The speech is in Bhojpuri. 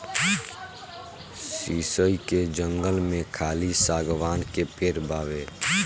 शीशइ के जंगल में खाली शागवान के पेड़ बावे